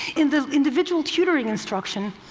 in the individual tutoring instruction,